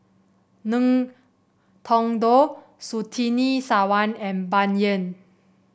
Ngiam Tong Dow Surtini Sarwan and Bai Yan